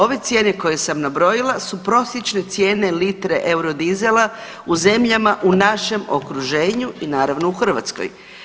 Ove cijene koje sam nabrojala su prosječne cijene litre Eurodizela u zemljama u našem okruženju i naravno, u Hrvatskoj.